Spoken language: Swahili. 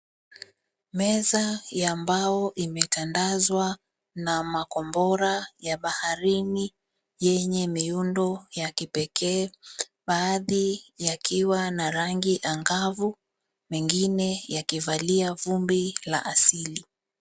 Meza ya mbao imetandazwa na makombora ya baharini yenye miundo ya kipekee, badhi yakiwa na rangi angavu mengine yakivalia vumbi la asili.